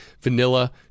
vanilla